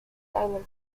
tyler